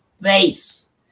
Face